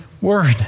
word